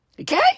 Okay